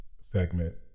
segment